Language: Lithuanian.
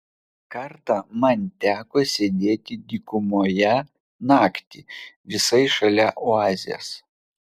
kartą man teko sėdėti dykumoje naktį visai šalia oazės